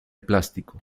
plástico